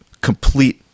complete